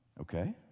okay